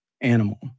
animal